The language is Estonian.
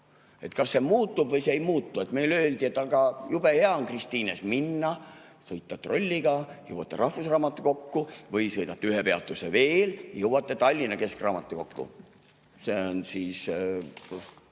Kas see muutub või ei muutu? Meile öeldi, et aga jube hea on Kristiinest sõita trolliga, jõuate rahvusraamatukokku, või sõidate ühe peatuse veel ja jõuate Tallinna Keskraamatukokku, see on